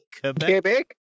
Quebec